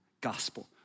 gospel